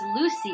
Lucy